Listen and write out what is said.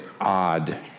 odd